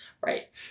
Right